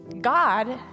God